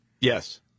Yes